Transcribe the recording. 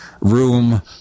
room